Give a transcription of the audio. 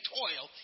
toil